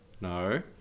No